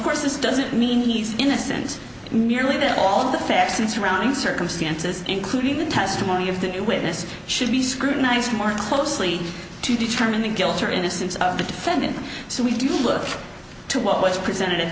course this doesn't mean he's innocent merely that all the facts in surrounding circumstances including the testimony of the new witness should be scrutinized more closely to determine the guilt or innocence of the defendant so we do look to what was presented